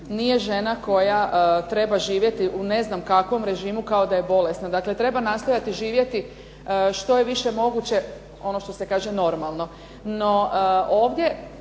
nije žena koja treba živjeti u ne znam kakvom režimu, kao da je bolesna. Dakle treba nastojati živjeti što je više moguće, ono što se kaže normalno. No ovdje,